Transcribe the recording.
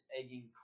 egging